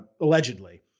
allegedly